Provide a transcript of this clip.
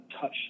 touch